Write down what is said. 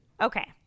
Okay